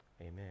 Amen